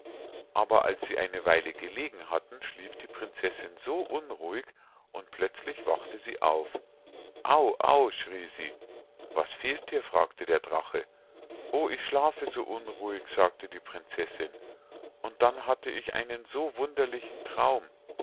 aber als sie eine weile gelegen hatten schlief die prinzessinn so unruhig und plötzlich wachte sie auf au au schrie sie was fehlt dir fragte der drache o ich schlafe so unruhig sagte die prinzessinn und dann hatte ich einen so wunderlichen traum